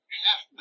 half